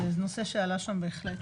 זה נושא שעלה שם בהחלט.